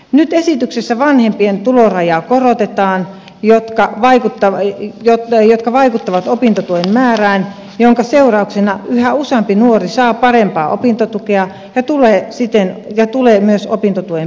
nyt esityksessä vanhempien tulorajaa korotetaan mikä vaikuttaa opintotuen määrään minkä seurauksena yhä useampi nuori saa parempaa opintotukea ja tulee myös opintotuen piiriin